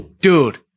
dude